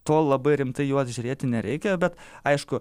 tuo labai rimtai į juos žiūrėti nereikia bet aišku